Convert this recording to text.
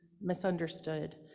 misunderstood